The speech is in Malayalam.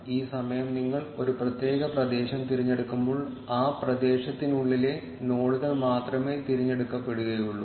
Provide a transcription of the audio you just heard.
ഈ സമയം നിങ്ങൾ ഒരു പ്രത്യേക പ്രദേശം തിരഞ്ഞെടുക്കുമ്പോൾ ആ പ്രദേശത്തിനുള്ളിലെ നോഡുകൾ മാത്രമേ തിരഞ്ഞെടുക്കപ്പെടുകയുള്ളൂ